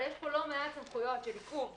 אבל יש פה לא מעט סמכויות של עיכוב,